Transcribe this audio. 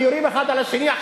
כי יורים האחד על השני עכשיו.